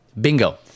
Bingo